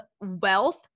wealth